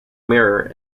mirror